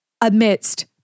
amidst